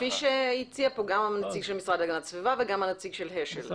כפי שהציע גם נציג הגנת הסביבה וגם נציג ה.ש.ל.